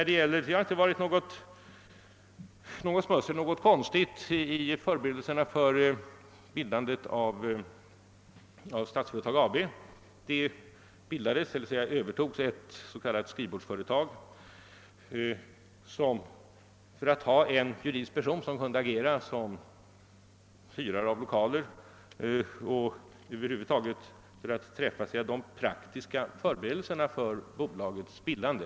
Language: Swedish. Det har inte förekommit något smussel eller några konstigheter vid förberedelserna för bildandet av Statsföretag AB. Staten övertog ett s.k. skrivbordsföretag för att ha en juridisk person som kunde hyra lokaler och över huvud taget genomföra de praktiska förberedelserna för bolagets bildande.